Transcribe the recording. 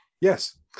Yes